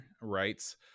writes